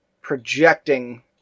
projecting